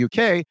UK